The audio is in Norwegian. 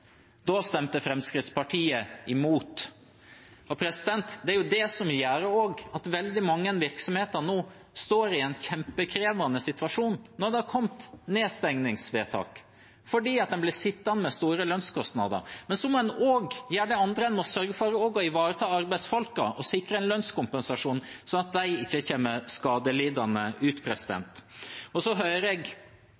Da stemte Fremskrittspartiet imot. Det er det som også gjør at veldig mange virksomheter nå står i en kjempekrevende situasjon når det har kommet nedstengingsvedtak, fordi en blir sittende med store lønnskostnader. Så må en også gjøre det andre: En må sørge for å ivareta arbeidsfolkene og sikre en lønnskompensasjon, sånn at de ikke kommer skadelidende ut.